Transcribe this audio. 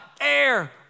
air